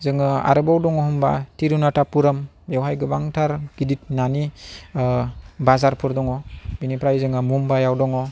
जोङो आरोबाव दङ होनबा थिरुनाथापुराम बेवहाय गोबांथार गिदिर नानि बाजारफोर दङ बेनिफ्राय जोङो मुम्बाइआव दङ